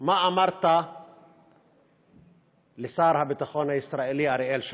מה אמרת לשר הביטחון הישראלי אריאל שרון?